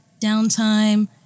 downtime